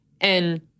And-